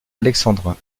alexandrin